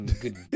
good